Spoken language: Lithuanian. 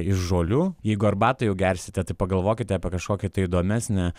iš žolių jeigu arbatą jau gersite tik pagalvokite apie kažkokią tai įdomesnę